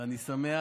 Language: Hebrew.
ואני שמח,